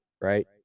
right